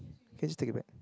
can you just take it back